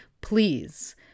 Please